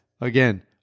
Again